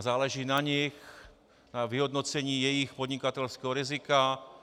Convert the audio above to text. Záleží na nich, na vyhodnocení jejich podnikatelského rizika...